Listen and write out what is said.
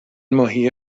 ماهی